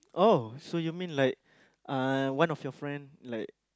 oh so you mean like uh one of your friend like